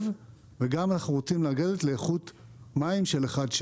וגם אנחנו רוצים להגיע לאיכות מים של 1/6